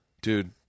Dude